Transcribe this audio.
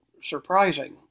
surprising